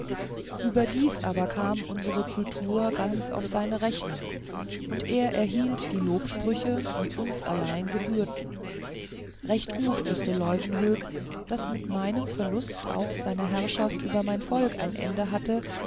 überdies aber kam unsere kultur ganz auf seine rechnung und er erhielt die lobsprüche die uns allein gebührten recht gut wußte leuwenhoek daß mit meinem verlust auch seine herrschaft über mein volk ein ende hatte